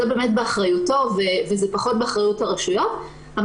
זה באמת באחריותו וזה פחות באחריות הרשויות אבל